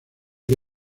que